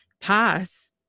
pass